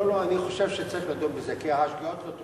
אני חושב שצריך לדון בזה, כי השגיאות לא תוקנו.